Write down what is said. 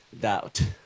doubt